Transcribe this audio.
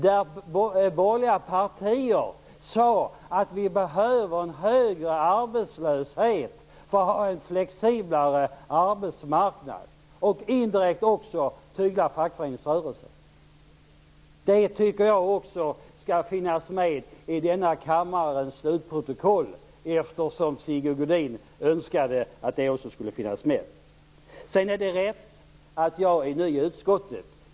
I borgerliga partier sade man att vi behöver en högre arbetslöshet för att få en flexiblare arbetsmarknad och indirekt också för att tygla fackföreningsrörelsen. Det tycker jag skall finnas med i denna kammares slutprotokoll, eftersom Sigge Godin också önskade att det skulle finnas med. Det stämmer att jag är ny i utskottet.